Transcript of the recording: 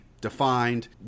defined